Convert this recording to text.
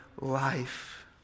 life